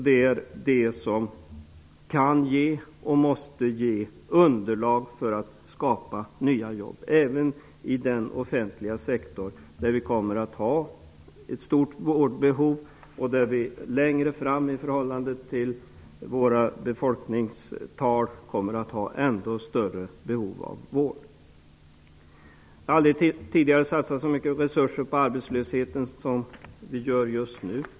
Detta kan och måste ge underlag för skapandet av nya jobb, även inom den offentliga sektorn. Vi kommer inom denna att möta ett stort vårdbehov. Till följd av befolkningstalens utveckling kommer vi längre fram också att få tillgodose ännu större behov av vård. Aldrig tidigare har det satsats så stora resurser mot arbetslösheten som just nu.